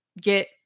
get